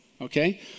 Okay